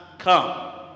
come